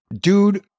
Dude